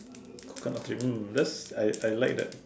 coconut drink that's I I like that